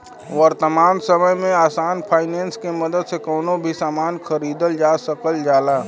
वर्तमान समय में आसान फाइनेंस के मदद से कउनो भी सामान खरीदल जा सकल जाला